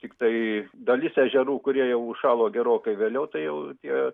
tiktai dalis ežerų kurie jau užšalo gerokai vėliau tai jau tie